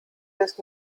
des